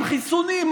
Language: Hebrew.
עם חיסונים,